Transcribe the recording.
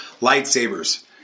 lightsabers